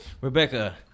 Rebecca